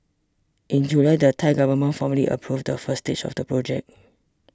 in July the Thai government formally approved the first stage of the project